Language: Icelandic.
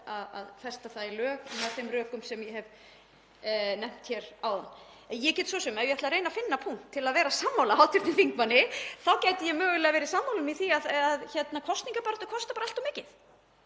að festa það í lög með þeim rökum sem ég hef nefnt hér. En ef ég ætla að reyna að finna punkt til að vera sammála hv. þingmanni um þá gæti ég mögulega verið sammála honum í því að kosningabarátta kostar allt of mikið